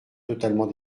totalement